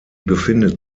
befindet